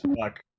fuck